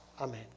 Amen